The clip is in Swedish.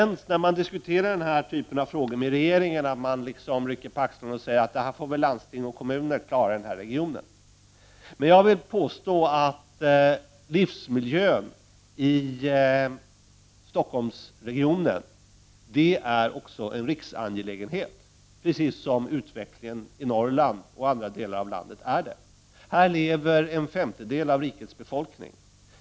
När man diskuterar denna typ av frågor med regeringen finns det en tendens till att rycka på axlarna och säga att detta får landsting och kommuner i regionen klara själva. Men jag vill påstå att livsmiljön i Stockholmsregionen är en riksangelägenhet, precis som utvecklingen i Norrland och andra delar av landet är det. Här lever en femtedel av rikets befolkning.